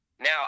Now